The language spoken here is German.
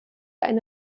eine